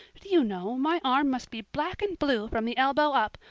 do you know, my arm must be black and blue from the elbow up,